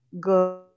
good